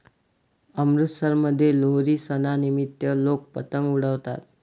अमृतसरमध्ये लोहरी सणानिमित्त लोक पतंग उडवतात